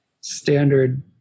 standard